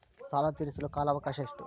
ಸಾಲ ತೇರಿಸಲು ಕಾಲ ಅವಕಾಶ ಎಷ್ಟು?